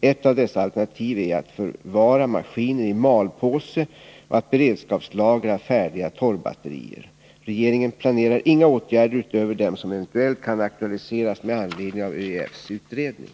Ett av dessa alternativ är att förvara maskiner i ”malpåse” och att beredskapslagra färdiga torrbatterier. Regeringen planerar inga åtgärder utöver dem som eventuellt kan aktualiseras med anledning av ÖEF:s utredning.